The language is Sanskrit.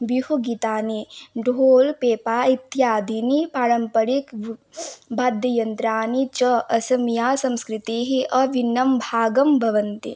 बिहुगीतानि डुहोल्पेपा इत्यादीनि पारम्परिक बाद्ययन्त्राणि च असमसंस्कृतेः अभिन्नं भागं भवति